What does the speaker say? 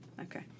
Okay